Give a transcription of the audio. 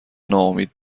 ناامید